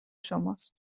شماست